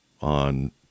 on